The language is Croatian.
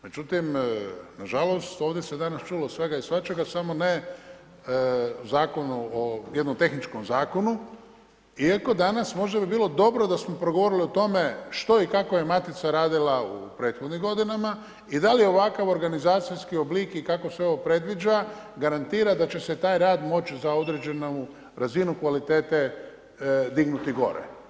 Međutim, nažalost ovdje se danas čulo svega i svačega samo ne zakonu o, jednom tehničkom zakonu iako danas možda bi bilo dobro da smo progovorili o tome što i kakao je Matica radila u prethodnim godinama i da li je ovakav organizacijski oblik i kako se ovo predviđa garantira da će se taj rad moći za određenu razinu kvalitete dignuti gore.